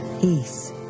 Peace